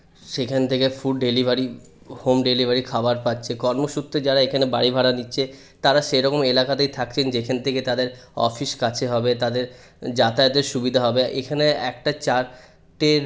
সেখান থেকে food delivery home delivery খাবার পাচ্ছে কর্মসূত্রে যারা এখানে বাড়ি ভাড়া নিচ্ছে তারা সেরকম এলাকাতেই থাকছেন যেখান থেকে তাদের অফিস কাছে হবে তাদের যাতায়াতের সুবিধা এখানে একটা চারটে